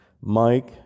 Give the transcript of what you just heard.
Mike